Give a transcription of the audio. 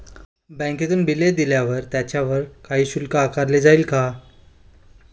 बँकेतून बिले दिल्यावर त्याच्यावर काही शुल्क आकारले जाईल का?